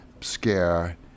scare